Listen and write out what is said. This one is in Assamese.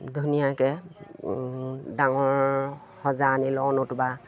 ধুনীয়াকৈ ডাঙৰ সঁজা আনি লওঁ নতুবা